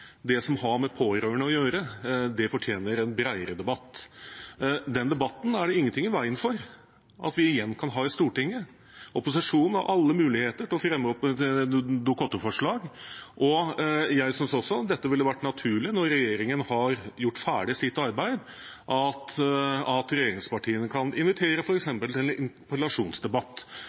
det som har med pårørende å gjøre, fortjener en bredere debatt. Den debatten er det ingenting i veien for at vi igjen kan ha i Stortinget. Opposisjonen har alle muligheter til å fremme et Dokument 8-forslag. Jeg synes også det ville vært naturlig når regjeringen har gjort ferdig sitt arbeid, at regjeringspartiene f.eks. inviterer til en interpellasjonsdebatt,